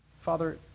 Father